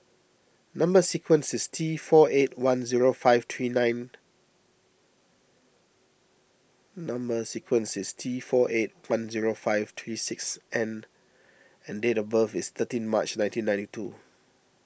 Number Sequence is T four eight one zero five three nine Number Sequence is T four eight one zero five three six N and date of birth is thirteen March nineteen ninety two